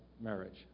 marriage